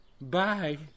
Bye